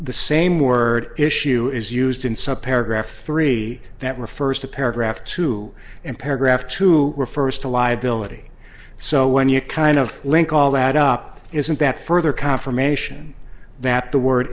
the same word issue is used in some paragraph three that refers to paragraph two and paragraph two refers to liability so when you kind of link all that up isn't that further confirmation that the word